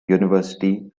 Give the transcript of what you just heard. university